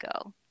go